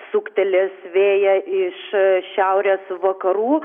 suktelės vėją iš šiaurės vakarų